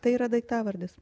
tai yra daiktavardis